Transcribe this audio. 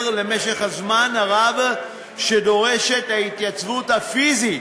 למשך הזמן הרב שדורשת התייצבות פיזית